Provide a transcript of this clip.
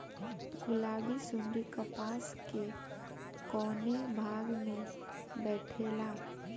गुलाबी सुंडी कपास के कौने भाग में बैठे ला?